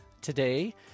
today